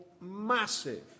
massive